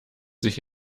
sich